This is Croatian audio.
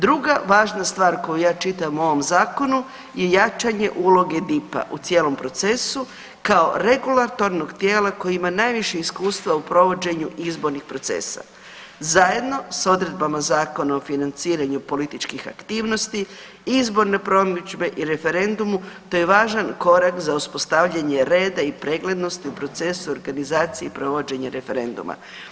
Druga važna stvar koju ja čitam u ovom zakonu je jačanje uloge DIP-a u cijelom procesu kao regulatornog tijela koje ima najviše iskustva u provođenju izbornih procesa zajedno sa odredbama Zakona o financiranju političkih aktivnosti, izborne promidžbe i referendumu to je važan korak za uspostavljanje reda i preglednosti procesa organizacije i provođenje referenduma.